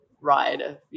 ride